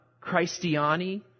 Christiani